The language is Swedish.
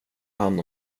hand